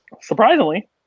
surprisingly